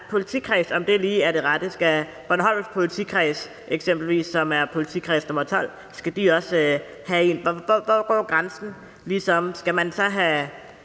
Hvor går grænsen?